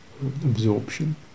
absorption